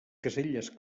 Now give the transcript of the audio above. caselles